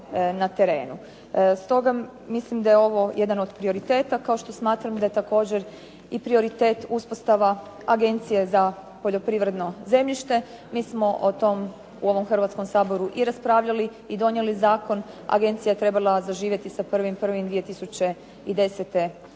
Stoga mislim da je ovo jedan od prioriteta kao što smatram da je također i prioritet uspostava agencije za poljoprivredno zemljište. Mi smo o tom u ovom Hrvatskom saboru i raspravljali i donijeli zakon. Agencija je trebala zaživjeti sa 1. 1. 2010. godine.